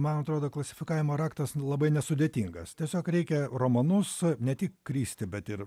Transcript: man atrodo klasifikavimo raktas labai nesudėtingas tiesiog reikia romanus ne tik kristi bet ir